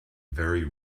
very